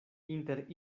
inter